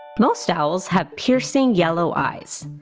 most owls have piercing yellow eyes.